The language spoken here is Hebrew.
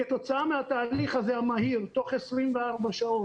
כתוצאה מהמהלך המהיר הזה תוך 24 שעות,